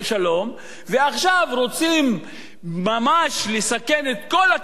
ועכשיו רוצים ממש לסכן את כל הקיום של המדינה